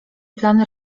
plany